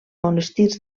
monestirs